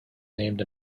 named